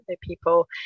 people